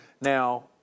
Now